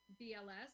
bls